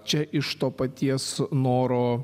čia iš to paties noro